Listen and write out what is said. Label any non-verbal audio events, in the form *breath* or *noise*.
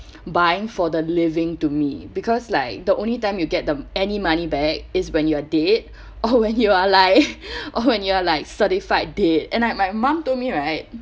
*breath* buying for the living to me because like the only time you get the any money back is when you're dead or when you are like *breath* or when you are like certified dead and like my mom told me right